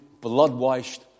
blood-washed